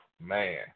man